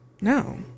no